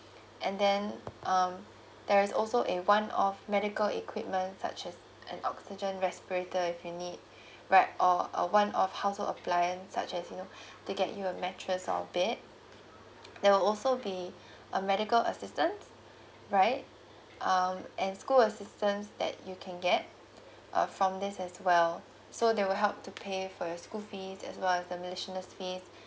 and then um there is also uh one off medical equipment such as an oxygen respirator if you need right or a one off household appliance such as you know they get you a mattress or bed they will also be a medical assistant right um and school assistance that you can get uh from this as well so they will help to pay for your school fees as well as the miscellaneous fee